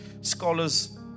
scholars